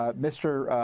ah mr.